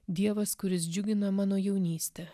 dievas kuris džiugina mano jaunystę